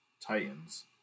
Titans